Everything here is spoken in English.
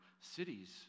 cities